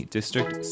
district